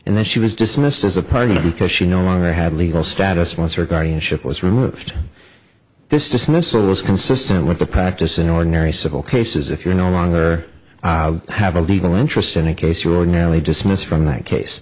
and then she was dismissed as a party because she no longer had legal status once her guardianship was removed this dismissal was consistent with the practice in ordinary civil cases if you're no longer have a legal interest in a case you ordinarily dismiss from that case